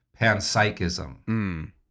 panpsychism